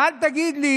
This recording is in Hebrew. ואל תגיד לי: